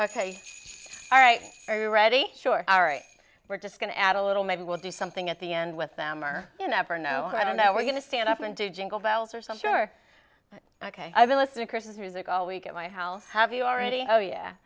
ok all right are you ready sure we're just going to add a little maybe we'll do something at the end with them or you never know i don't know we're going to stand up and do jingle bells or some sure ok i've been listening christmas music all week in my house have you already oh yeah